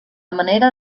manera